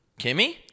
Kimmy